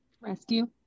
Rescue